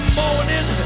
morning